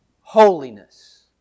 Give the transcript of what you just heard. holiness